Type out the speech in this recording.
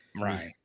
Right